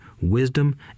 wisdom